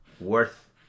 worth